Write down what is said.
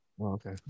Okay